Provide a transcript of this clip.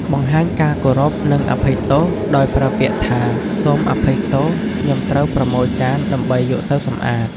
បង្ហាញការគោរពនិងអភ័យទោសដោយប្រើពាក្យថា "សូមអភ័យទោស ខ្ញុំត្រូវប្រមូលចានដើម្បីយកទៅសម្អាត"។